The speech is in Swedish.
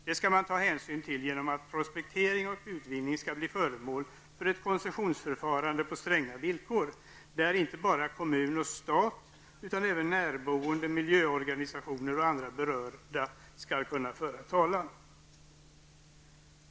Det skall man ta hänsyn till genom att prospektering och utvinning blir föremål för ett koncessionsförfarande på stränga villkor, där inte bara kommun och stat utan även närboende, miljöorganisationer och andra berörda skall kunna föra talan.